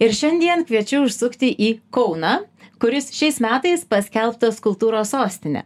ir šiandien kviečiu užsukti į kauną kuris šiais metais paskelbtas kultūros sostine